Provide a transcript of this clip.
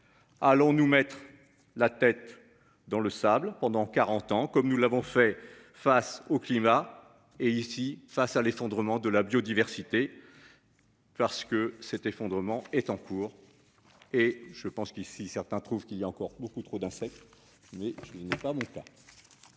Allons nous mettre la tête dans le sable pendant 40 ans comme nous l'avons fait face au climat et ici face à l'effondrement de la biodiversité. Parce que cet effondrement est en cours. Et je pense qu'ici. Certains trouvent qu'il y a encore beaucoup trop d'insectes. Mais je n'ai pas mon cas.